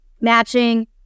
matching